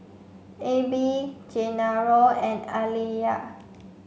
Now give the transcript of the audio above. Ebbie Genaro and Aliya